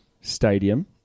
Stadium